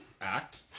Act